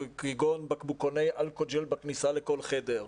כגון בקבוקוני אלכוג'ל בכניסה לכל חדר.